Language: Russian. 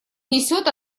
несет